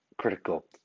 Critical